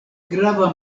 grava